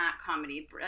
comedy